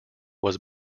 was